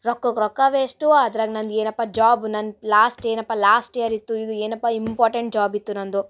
ರೊಕ್ಕಗ ರೊಕ್ಕ ವೇಷ್ಟು ಅದ್ರಾಗ ನಂದು ಏನಪ್ಪ ಜಾಬ್ ನಂದು ಲಾಸ್ಟ್ ಏನಪ್ಪಾ ಲಾಸ್ಟ್ ಇಯರ್ ಇತ್ತು ಇದು ಏನಪ್ಪಾ ಇಂಪಾರ್ಟೆಂಟ್ ಜಾಬ್ ಇತ್ತು ನನ್ನದು